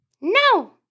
No